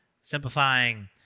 simplifying